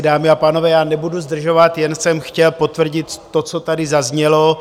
Dámy a pánové, nebudu zdržovat, jen jsem chtěl potvrdit to, co tady zaznělo.